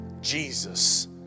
Jesus